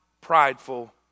prideful